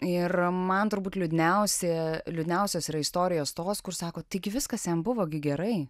ir man turbūt liūdniausia liūdniausios istorijos tos kur sako taigi viskas jam buvo gi gerai